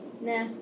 Nah